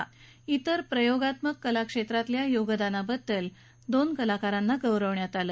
विर प्रयोगात्मक कला क्षेत्रातील योगदानाबद्दल दोन कलाकारांना गौरवण्यात आलं